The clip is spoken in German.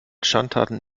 schandtaten